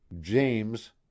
James